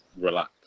relax